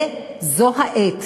זו העת